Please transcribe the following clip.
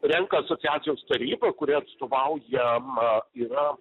renka asociacijos taryba kuri atstovaujama yra